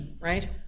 right